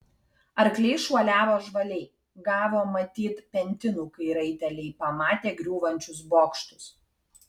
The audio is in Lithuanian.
arkliai šuoliavo žvaliai gavo matyt pentinų kai raiteliai pamatė griūvančius bokštus